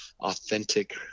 authentic